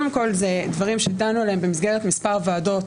אלה דברים שדנו עליהם במסגרת מספר ועדות,